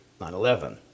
9/11